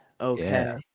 Okay